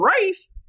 race